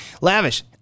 Lavish